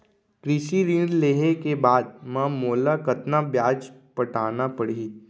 कृषि ऋण लेहे के बाद म मोला कतना ब्याज पटाना पड़ही?